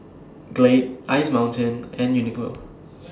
Glade Ice Mountain and Uniqlo